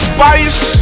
Spice